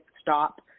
stop